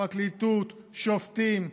פרקליטות, שופטים,